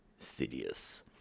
Sidious